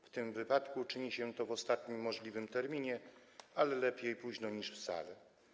W tym wypadku czyni się to w ostatnim możliwym terminie, ale lepiej późno niż wcale.